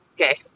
Okay